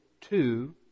two